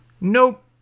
Nope